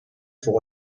فوق